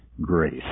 grace